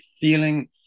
feeling